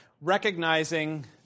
recognizing